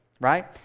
Right